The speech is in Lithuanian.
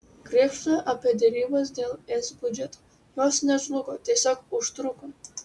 krėpšta apie derybas dėl es biudžeto jos nežlugo tiesiog užtruko